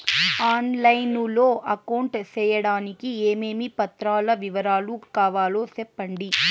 On line లో account సేయడానికి ఏమేమి పత్రాల వివరాలు కావాలో సెప్పండి?